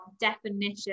definition